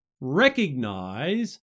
recognize